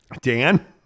Dan